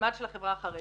המימד של החברה החרדית